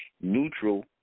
neutral